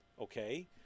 Okay